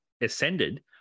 ascended